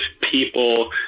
people